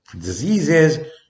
diseases